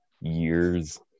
years